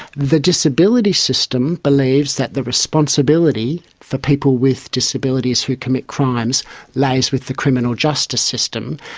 the disability system believes that the responsibility for people with disabilities who commit crimes lays with the criminal justice system,